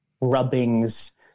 rubbings